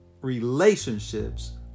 relationships